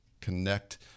connect